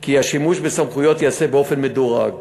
הוא כי השימוש בסמכויות ייעשה באופן מדורג